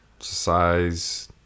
size